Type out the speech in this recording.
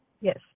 Yes